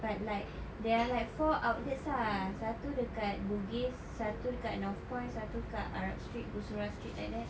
but like there are like four outlets ah satu dekat Bugis satu dekat northpoint satu dekat arab street Bussorah street like that